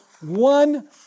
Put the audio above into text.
one